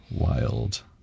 wild